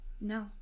No